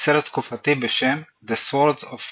סרט תקופתי בשם "The Sword of Penitence".